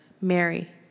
Mary